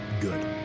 Good